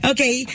Okay